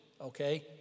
Okay